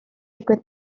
ddigwydd